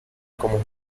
como